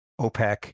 OPEC